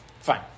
Fine